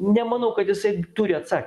nemanau kad jisai turi atsa